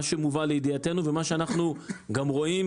מה שמובא לידיעתנו ומה שאנחנו גם רואים